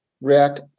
react